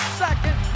second